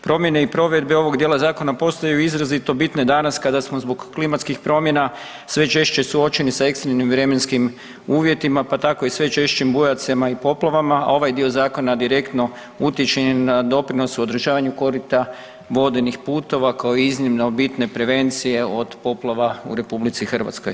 Promjene i provedbe ovog dijela zakona postaju izrazito bitne danas kada smo zbog klimatskih promjena sve češće suočeni sa ekstremnim vremenskim uvjetima, pa tako i sve češćim bujicama i poplavama, a ovaj dio zakona direktno utječe i na doprinos u održavanju korita vodenih putova kao iznimno bitne prevencije od poplava u RH.